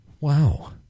Wow